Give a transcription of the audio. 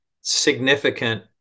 significant